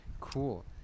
Cool